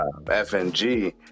fng